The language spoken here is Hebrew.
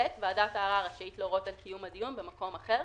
(ב)ועדת הערר רשאית להורות על קיום הדיון במקום אחר,